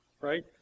right